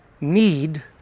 need